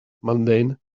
mundane